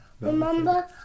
remember